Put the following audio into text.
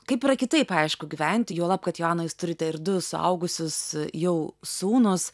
kaip yra kitaip aišku gyventi juolab kad joana jūs turite ir du suaugusius jau sūnus